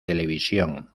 televisión